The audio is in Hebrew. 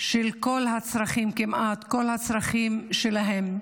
של כמעט כל הצרכים שלהם.